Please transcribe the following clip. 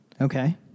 Okay